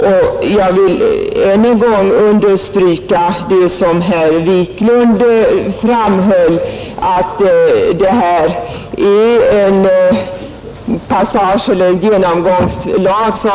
Jag vill också understryka det som herr Wiklund i Stockholm framhöll, nämligen att det här är en övergångslag.